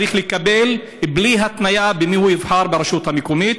הוא צריך לקבל בלי התניה במי הוא יבחר ברשות המקומית.